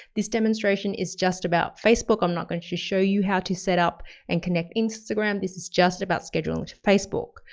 this demonstration is just about facebook. i'm not going to show you how to set up and connect instagram. this is just about scheduling to facebook.